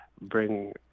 bring